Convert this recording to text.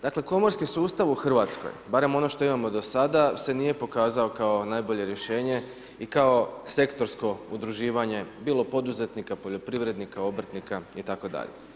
Dakle komorski sustav u Hrvatskoj, barem ono što imamo do sada se nije pokazao kao najbolje rješenje i kao sektorsko udruživanje bilo poduzetnika, poljoprivrednika, obrtnika itd.